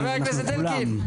חבר הכנסת אלקין,